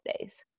days